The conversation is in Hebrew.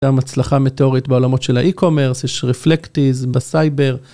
גם הצלחה מטאורית בעולמות של האי-קומרס, יש רפלקטיז בסייבר.